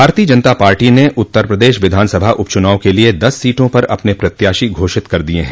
भारतीय जनता पार्टी ने उत्तर प्रदेश विधान सभा उपचुनाव के लिये दस सीटों पर अपने प्रत्याशी घोषित कर दिये हैं